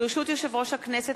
ברשות יושב-ראש הכנסת,